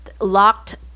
locked